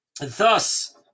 thus